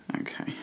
Okay